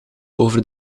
over